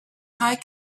high